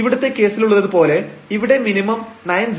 ഇവിടത്തെ കേസിലുള്ളതുപോലെ ഇവിടെ മിനിമം 90ലോ 09ലോ ആണ്